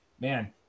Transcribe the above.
man